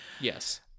yes